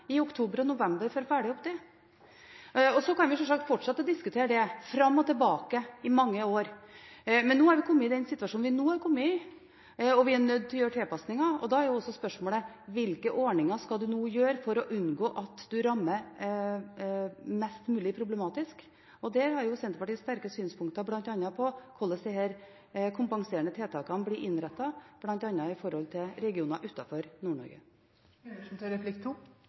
i oktober og november for å følge det opp? Vi kan sjølsagt fortsette å diskutere det, fram og tilbake, i mange år. Men nå har vi kommet i den situasjonen vi nå har kommet i, og vi er nødt til å gjøre tilpasninger. Da er også spørsmålet: Hvilke ordninger skal man nå gjøre bruk av for å unngå at man rammer mest mulig problematisk? Der har Senterpartiet sterke synspunkter bl.a. på hvordan disse kompenserende tiltakene blir innrettet, bl.a. når det gjelder regioner